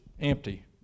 empty